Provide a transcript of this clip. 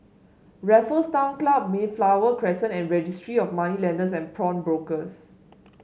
Raffles Town Club Mayflower Crescent and Registry of Moneylenders and Pawnbrokers